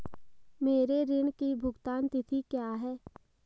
मेरे ऋण की भुगतान तिथि क्या है?